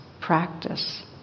practice